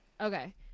Okay